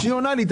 כשהיא עונה לי,